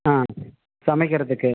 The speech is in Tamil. ஆ சமைக்கிறதுக்கு